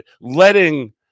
letting